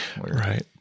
Right